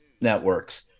networks